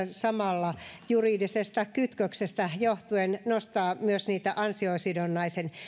samalla juridisesta kytköksestä johtuen nostaa myös ansiosidonnaisen